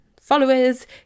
followers